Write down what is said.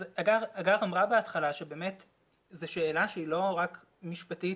הגר אמרה בהתחלה שבאמת זאת שאלה שהיא לא רק משפטית.